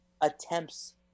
attempts